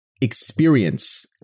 experience